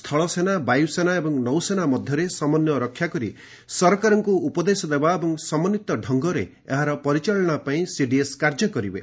ସ୍ଥଳ ସେନା ବାୟୁସେନା ଏବଂ ନୌସେନା ମଧ୍ୟରେ ସମନ୍ଧୟ ରକ୍ଷା କରି ସରକାରଙ୍କୁ ଉପଦେଶ ଦେବା ଏବଂ ସମନ୍ଧିତ ଢଙ୍ଗରେ ଏହାର ପରିଚାଳନା ପାଇଁ ସିଡିଏସ୍ କାର୍ଯ୍ୟ କରିବେ